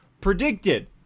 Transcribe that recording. predicted